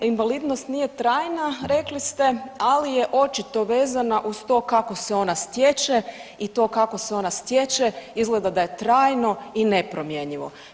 Ova invalidnost nije trajna rekli ste, ali je očito vezana uz to kako se ona stječe i to kako se ona stječe izgleda da je trajno i nepromjenjivo.